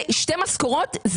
שתי משכורות?